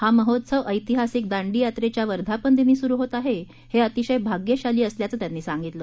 हा महोत्सव ऐतिहासिक दांडी यात्रेच्या वर्धापनदिनी सुरू होत आहे हे अतिशय भाग्यशाली असल्याचं त्यांनी सांगितलं